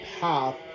path